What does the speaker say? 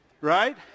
Right